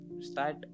start